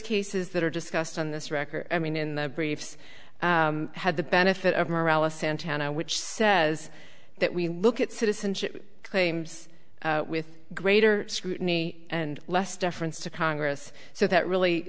cases that are discussed on this record i mean in the briefs had the benefit of morality santana which says that we look at citizenship claims with greater scrutiny and less deference to congress so that really